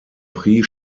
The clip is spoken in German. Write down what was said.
prix